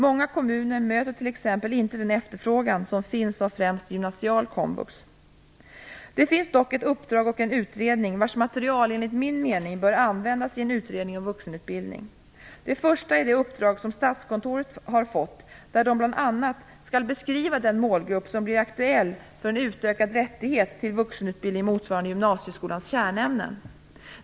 Många kommuner möter t.ex. inte den efterfrågan som finns främst av gymnasial komvux. Det finns dock ett uppdrag och en utredning vars material, enligt min mening, bör användas i en utredning om vuxenutbildning. Det första är det uppdrag som Statskontoret har fått där man bl.a. skall beskriva den målgrupp som blir aktuell för en utökad rättighet till vuxenutbildning motsvarande gymnasieskolans kärnämnen.